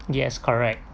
yes correct